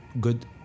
good